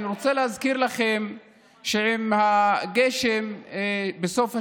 אני רוצה להזכיר לכם שעם הגשם בסוף השבוע,